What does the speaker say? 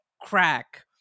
crack